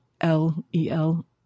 L-E-L